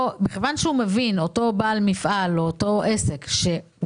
מכיוון שאותו בעל מפעל או אותו עסק מבין